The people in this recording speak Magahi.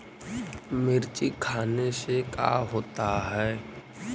मिर्ची खाने से का होता है?